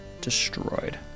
destroyed